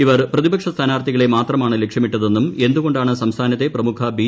ഇവർ പ്രതിപക്ഷ സ്ഥാനാർത്ഥികളെ മാത്രമാണ് ലക്ഷ്യമിട്ടതെന്നും എന്തുകൊണ്ടാണ് സംസ്ഥാനത്തെ പ്രമുഖ ബി